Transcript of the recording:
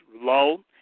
low